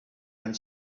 and